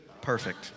Perfect